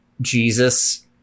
Jesus